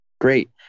Great